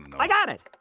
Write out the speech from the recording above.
i got it!